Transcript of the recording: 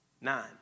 Nine